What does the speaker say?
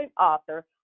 author